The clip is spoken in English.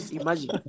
imagine